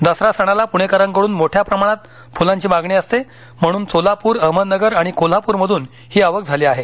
दसरा सणाला पुणेकरांकडून मोठ्या प्रमणात फुलांची मागणी असते म्हणून सोलापूर अहमदनगर आणि कोल्हापूरमधून ही आवक झाली आहे